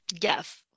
Yes